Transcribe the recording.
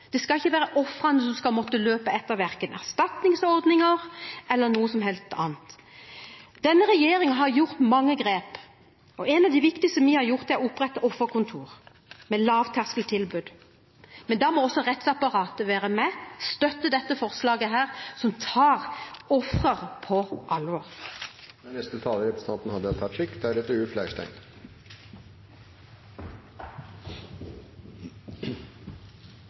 Det skal ikke være ofrene som skal måtte løpe etter verken erstatningsordninger eller noe som helst annet. Denne regjeringen har gjort mange grep, og et av de viktigste vi har gjort, er å opprette offerkontor, med lavterskeltilbud. Men da må også rettsapparatet være med, støtte dette forslaget, som tar ofrene på alvor. Dette er